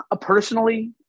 personally